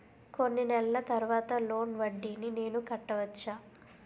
కొన్ని నెలల తర్వాత లోన్ వడ్డీని నేను కట్టవచ్చా?